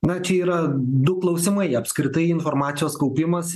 na čia yra du klausimai apskritai informacijos kaupimas